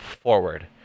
forward